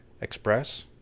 express